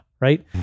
right